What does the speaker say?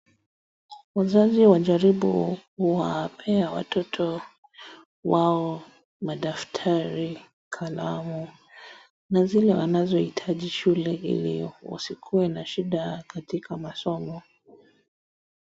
Wazazi wajaribu kuwapea watoto wao madaftari, kalamu na zile wanazoitaji shule hili wasikuwe na shida katika masomo.